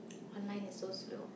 online is so slow